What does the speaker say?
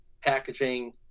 packaging